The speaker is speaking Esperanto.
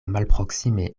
malproksime